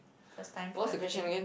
first time for everything